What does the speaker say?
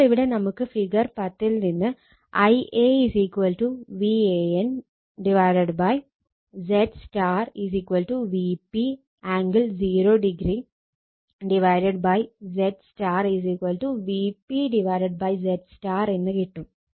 അപ്പോൾ ഇവിടെ നമുക്ക് ഫിഗർ 10 ൽ നിന്ന് Ia Van ZY Vp angle 0 oZY Vp ZY എന്ന് കിട്ടും